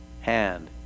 hand